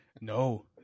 No